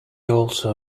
also